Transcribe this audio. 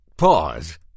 pause